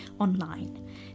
online